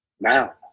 Now